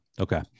okay